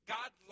God